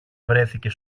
βρέθηκε